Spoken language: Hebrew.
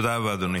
תודה רבה, אדוני.